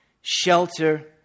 Shelter